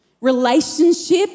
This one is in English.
relationship